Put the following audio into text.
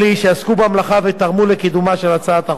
שעסקו במלאכה ותרמו לקידומה של הצעת החוק.